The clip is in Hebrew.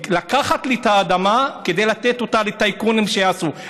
לקחת לי את האדמה כדי לתת אותה לטייקונים שיעשו?